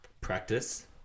practice